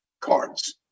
Cards